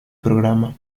programa